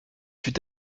fut